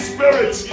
Spirit